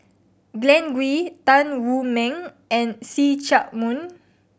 Glen Goei Tan Wu Meng and See Chak Mun